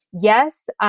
Yes